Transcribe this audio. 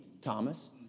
Thomas